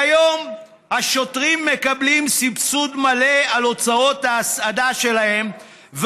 כיום השוטרים מקבלים סבסוד מלא על הוצאות ההסעדה שלהם,